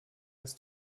des